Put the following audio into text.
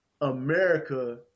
America